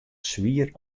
swier